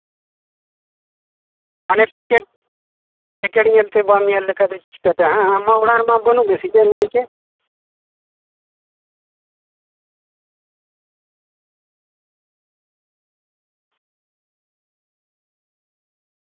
ᱢᱟᱱᱮ packet packet ᱧᱮᱞᱛᱮ ᱵᱟᱢ ᱧᱮᱞ ᱞᱮᱠᱷᱟᱡ ᱫᱚ ᱪᱤᱠᱟᱹᱛᱮ ᱟᱢ ᱢᱟ ᱚᱲᱟᱜ ᱨᱮᱢᱟ ᱵᱟᱹᱱᱩᱜ ᱢᱮ ᱥᱮ ᱪᱮᱫ ᱮᱢ ᱢᱮᱱ ᱠᱮᱫ